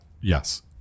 Yes